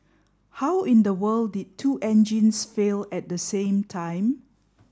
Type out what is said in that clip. how in the world did two engines fail at the same time